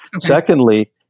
Secondly